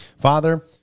Father